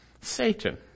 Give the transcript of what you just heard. Satan